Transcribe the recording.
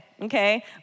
okay